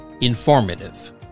Informative